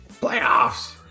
Playoffs